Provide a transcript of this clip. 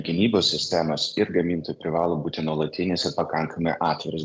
gynybos sistemos ir gamintojų privalo būti nuolatinis ir pakankamai atviras